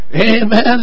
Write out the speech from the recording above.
Amen